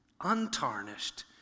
untarnished